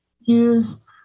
use